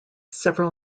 several